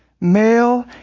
Male